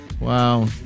Wow